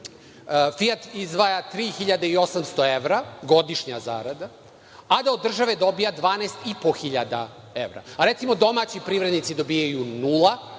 Fijat izdvaja 3.800 evra, godišnja zarada, a da od države dobija 12.500 evra, a recimo domaći privrednici dobijaju nula